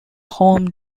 home